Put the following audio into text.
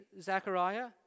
Zechariah